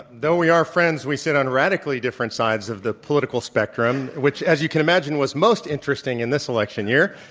though we are friends, we sit on radically different sides of the political spectrum, which, as you can imagine, was most interesting in this election year.